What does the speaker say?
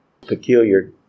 peculiar